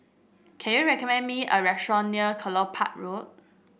can you recommend me a restaurant near Kelopak Road